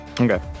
Okay